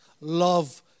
love